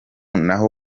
naho